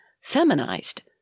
feminized